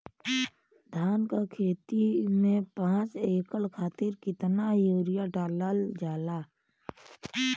धान क खेती में पांच एकड़ खातिर कितना यूरिया डालल जाला?